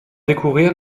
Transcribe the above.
découvrir